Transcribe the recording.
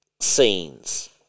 scenes